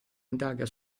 indaga